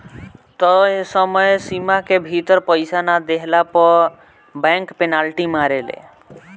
तय समय सीमा के भीतर पईसा ना देहला पअ बैंक पेनाल्टी मारेले